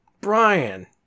Brian